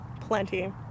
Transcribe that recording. Plenty